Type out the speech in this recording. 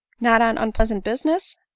not on unpleasant business?